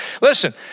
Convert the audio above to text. listen